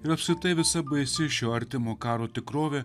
ir apskritai visa baisi šio artimo karo tikrovė